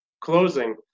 closing